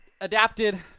adapted